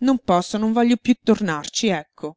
non posso non voglio piú tornarci ecco